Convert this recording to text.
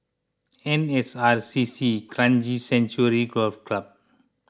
N S R C C Kranji Sanctuary Golf Club